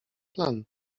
plan